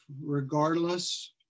regardless